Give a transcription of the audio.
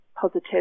positive